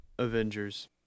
Avengers